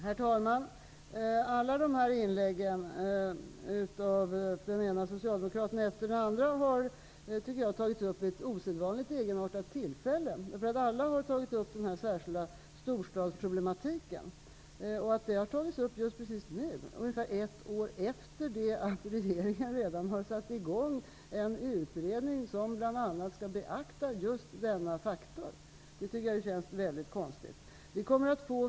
Herr talman! I alla dessa inlägg, gjorda av den ena socialdemokraten efter den andra, har en osedvanligt egenartad situation tagits upp. Alla interpellanterna har nämligen tagit upp den särskilda storstadsproblematiken. Att den problematiken tas upp nu -- ungefär ett år efter att regeringen redan satt i gång en utredning som bl.a. skall beakta denna faktor -- känns väldigt konstigt.